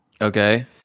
Okay